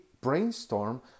brainstorm